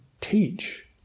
teach